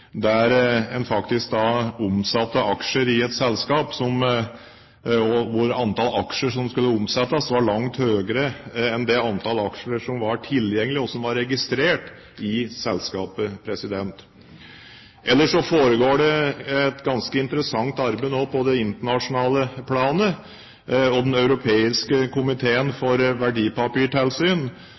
der en faktisk omsatte aksjer i et selskap hvor antall aksjer som skulle omsettes, var langt høyere enn det antall aksjer som var tilgjengelig, og som var registrert i selskapet. Ellers foregår det nå et ganske interessant arbeid på det internasjonale planet. Den europeiske komiteen for verdipapirtilsyn